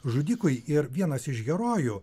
žudikui ir vienas iš herojų